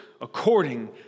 according